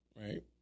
right